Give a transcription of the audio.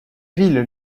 villes